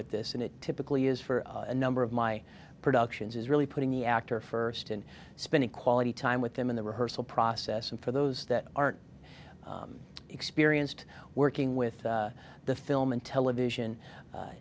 with this and it typically is for a number of my productions is really putting the actor first and spending quality time with them in the rehearsal process and for those that aren't experienced working with the film and television